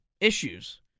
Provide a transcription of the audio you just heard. issues